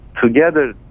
Together